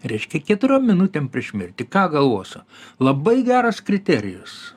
reiškia keturiom minutėm prieš mirtį ką galvosiu labai geras kriterijus